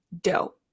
dough